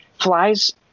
flies